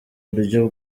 buryo